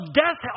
death